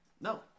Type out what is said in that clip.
No